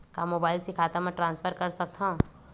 का मोबाइल से खाता म ट्रान्सफर कर सकथव?